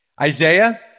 Isaiah